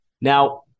Now